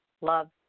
love